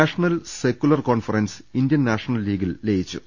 national secular conference Indian national ലീഗിൽ ലയിച്ചു